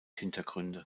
hintergründe